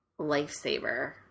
lifesaver